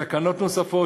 תקנות נוספות,